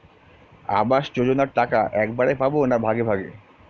আবাস যোজনা টাকা একবারে পাব না ভাগে ভাগে?